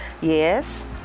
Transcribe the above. Yes